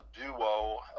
duo